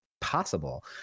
possible